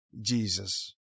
jesus